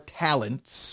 talents